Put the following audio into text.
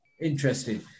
Interesting